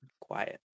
quiet